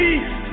East